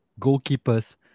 goalkeepers